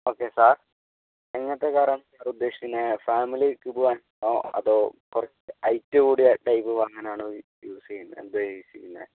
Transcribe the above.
okay sir എങ്ങനെത്തെ കാറാണ് സാറുദ്ദേശിക്കുന്നത് ഫാമിലിക്ക് പോകാനാണോ അതോ പെർ ഹൈറ്റ് കൂടിയ ടൈപ്പ് അങ്ങനെയാണോ യൂസ് ചെയ്യുന്നത് എന്താ യൂസ് ചെയ്യുന്നത്